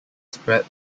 spread